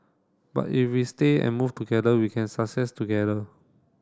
but if we stay and move together we can success together